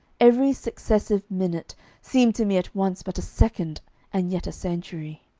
every successive minute seemed to me at once but a second and yet a century.